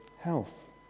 health